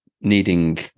needing